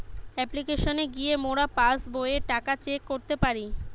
অপ্লিকেশনে গিয়ে মোরা পাস্ বইয়ের টাকা চেক করতে পারি